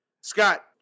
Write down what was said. Scott